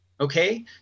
Okay